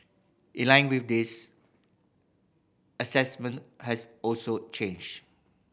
in line with this assessment has also changed